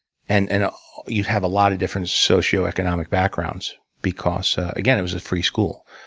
and and you'd have a lot of different socioeconomic backgrounds because, again, it was a free school.